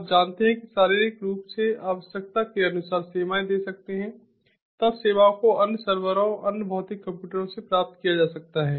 आप जानते हैं कि शारीरिक रूप से आवश्यकता के अनुसार सेवाएं दे सकते हैं तब सेवाओं को अन्य सर्वरों अन्य भौतिक कंप्यूटरों से प्राप्त किया जा सकता है